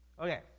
okay